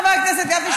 חבר הכנסת גפני,